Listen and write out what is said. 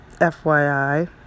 FYI